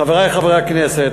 חברי חברי הכנסת,